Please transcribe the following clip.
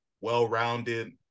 well-rounded